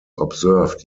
observed